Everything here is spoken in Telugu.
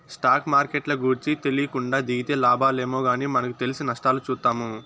స్టాక్ మార్కెట్ల గూర్చి తెలీకుండా దిగితే లాబాలేమో గానీ మనకు తెలిసి నష్టాలు చూత్తాము